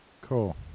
cool